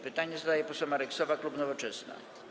Pytanie zadaje poseł Marek Sowa, klub Nowoczesna.